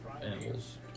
animals